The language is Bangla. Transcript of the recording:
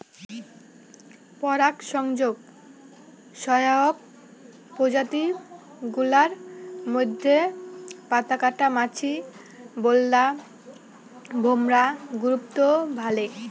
পরাগসংযোগ সহায়ক প্রজাতি গুলার মইধ্যে পাতাকাটা মাছি, বোল্লা, ভোমরা গুরুত্ব ভালে